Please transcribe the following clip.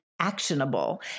actionable